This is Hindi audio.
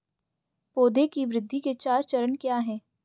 पौधे की वृद्धि के चार चरण क्या हैं?